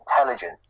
intelligence